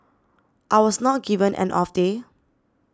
I was not given an off day